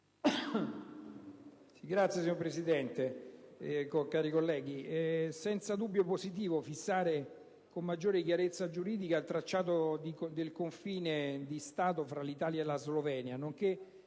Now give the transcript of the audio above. onorevoli colleghi, è senza dubbio positivo fissare, con maggiore chiarezza giuridica, il tracciato del confine di Stato fra Italia e Slovenia nonché